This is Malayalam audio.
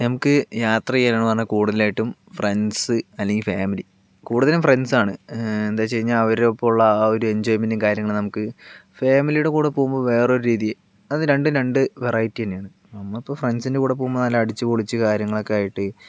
നമുക്ക് യാത്ര ചെയ്യണമെന്ന് പറഞ്ഞാൽ കൂടുതലായിട്ടും ഫ്രണ്ട്സ് അല്ലെങ്കിൽ ഫാമിലി കൂടുതലും ഫ്രണ്ട്സാണ് എന്താണെന്ന് വച്ച് കഴിഞ്ഞാൽ അവരോടൊപ്പമുള്ള ആ ഒരു എൻജോയ്മെന്റും കാര്യങ്ങളും നമുക്ക് ഫാമിലിയുടെ കൂടെ പോകുമ്പോൾ വേറൊരു രീതി അത് രണ്ടും രണ്ട് വെറൈറ്റി തന്നെയാണ് നമ്മളിപ്പോൾ ഫ്രണ്ട്സിൻ്റെ കൂടെ പോകുമ്പോൾ നല്ല അടിച്ച് പൊളിച്ച് കാര്യങ്ങളൊക്കെ ആയിട്ട്